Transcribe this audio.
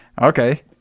okay